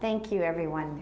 thank you everyone